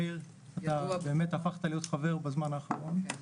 מאיר, הפכת להיות חבר בזמן האחרון,